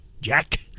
Jack